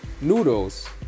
Noodles